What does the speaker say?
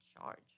charge